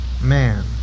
man